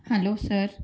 hello sir